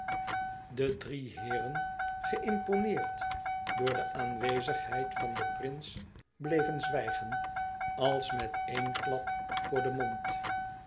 de drie heeren geïmponeerd door de aanwezigheid van den prins bleven zwijgen als met een klap voor den mond